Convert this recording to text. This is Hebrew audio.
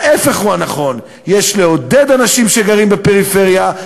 ההפך הוא הנכון: יש לעודד אנשים שגרים בפריפריה,